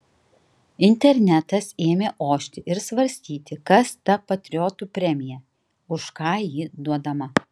internetas ėmė ošti ir svarstyti kas ta patriotų premija už ką ji duodama